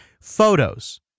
photos